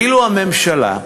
אילו הממשלה,